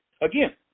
Again